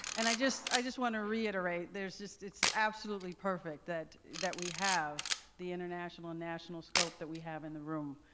and i just i just want to re-reiterate there is just it's absolutely perfect that that we have the international and national scope that we have in the room.